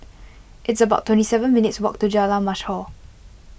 it's about twenty seven minutes' walk to Jalan Mashhor